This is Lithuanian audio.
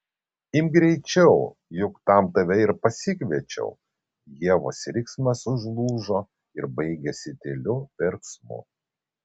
imk greičiau juk tam tave ir pasikviečiau ievos riksmas užlūžo ir baigėsi tyliu verksmu